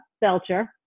Belcher